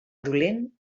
dolent